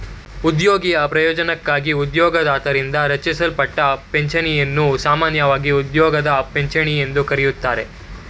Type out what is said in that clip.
ಉದ್ಯೋಗಿಯ ಪ್ರಯೋಜ್ನಕ್ಕಾಗಿ ಉದ್ಯೋಗದಾತರಿಂದ ರಚಿಸಲ್ಪಟ್ಟ ಪಿಂಚಣಿಯನ್ನು ಸಾಮಾನ್ಯವಾಗಿ ಉದ್ಯೋಗದ ಪಿಂಚಣಿ ಎಂದು ಕರೆಯುತ್ತಾರೆ